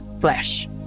flesh